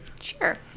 Sure